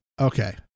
okay